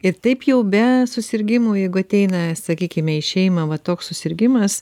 ir taip jau be susirgimų jeigu ateina sakykime į šeimą va toks susirgimas